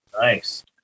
Nice